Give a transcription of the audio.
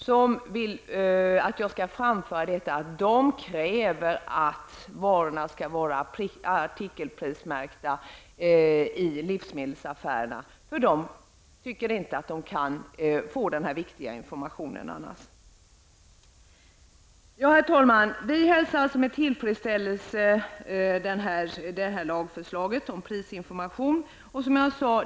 De vill att jag framför att de kräver att varorna skall vara artikelprismärkta i livsmedelsaffärerna, för de tycker inte att de kan få den viktiga informationen annars. Herr talman! Vi hälsar alltså med tillfredsställelse förslaget till lag om prisinformation.